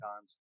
times